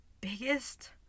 biggest